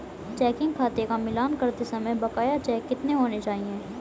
Checking खाते का मिलान करते समय बकाया चेक कितने होने चाहिए?